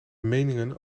meningen